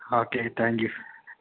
okay thank you